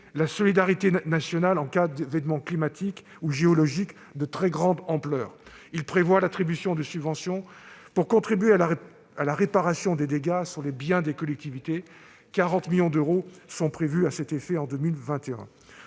la solidarité nationale en cas d'événements climatiques ou géologiques de très grande ampleur. Il prévoit l'attribution de subventions pour contribuer à la réparation des dégâts sur les biens des collectivités. En 2021, 40 millions d'euros sont prévus à cet effet.